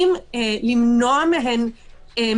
אם מגיע שוטר וראה שלא הייתה הפרה של הבידוד,